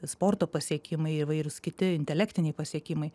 sporto pasiekimai įvairūs kiti intelektiniai pasiekimai